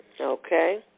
Okay